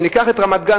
אם ניקח את רמת-גן,